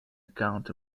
account